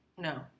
No